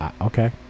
Okay